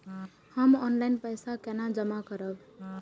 हम ऑनलाइन पैसा केना जमा करब?